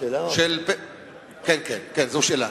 זו שאלה?